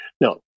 No